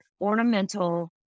ornamental